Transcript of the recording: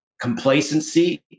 complacency